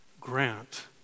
grant